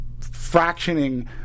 fractioning